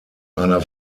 einer